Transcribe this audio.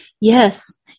Yes